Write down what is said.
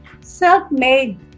self-made